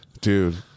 Dude